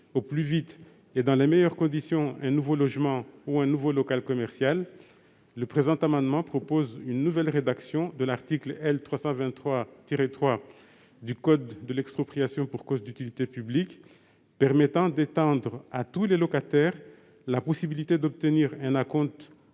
au plus vite et dans les meilleures conditions un nouveau logement ou un nouveau local commercial, le présent amendement propose une nouvelle rédaction de l'article L. 323-3 du code de l'expropriation pour cause d'utilité publique. Celle-ci permettrait d'étendre à tous les locataires la possibilité d'obtenir un acompte,